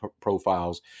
profiles